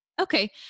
Okay